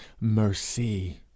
mercy